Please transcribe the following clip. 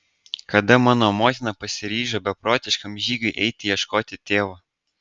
kada mano motina pasiryžo beprotiškam žygiui eiti ieškoti tėvo